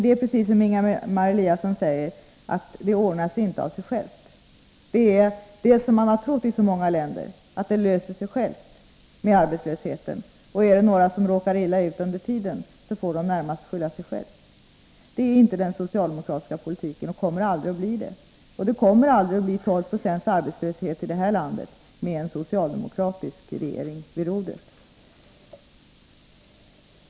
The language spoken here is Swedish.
Det är precis som Ingemar Eliasson säger, att det inte ordnar sig av sig självt. Men det är det som man har trott i många länder: att arbetslöshetsproblemet löser sig självt, och är det några som råkar illa ut under tiden, så får de närmast skylla sig själva. Det är inte den socialdemokratiska politiken, och kommer aldrig att bli det, och det kommer heller aldrig att bli 12 926 arbetslöshet i det här landet med en socialdemokratisk regering vid rodret.